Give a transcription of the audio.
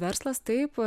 verslas taip